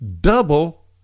double